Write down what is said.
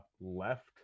left